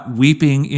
weeping